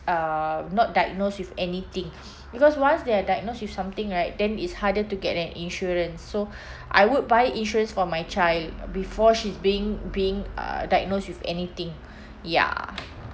uh not diagnosed with anything because once they are diagnosed with something right then it's harder to get an insurance so I would buy insurance for my child before she's being being uh diagnosed with anything ya